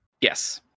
Yes